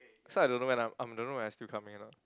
so I don't know when I'm I don't know when I still coming or not